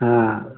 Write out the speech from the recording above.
हाँ